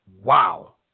Wow